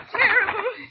terrible